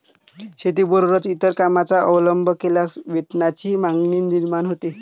शेतीबरोबरच इतर कामांचा अवलंब केल्यास वेतनाची मागणी निर्माण होते